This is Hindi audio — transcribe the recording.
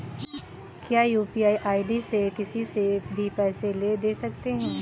क्या यू.पी.आई आई.डी से किसी से भी पैसे ले दे सकते हैं?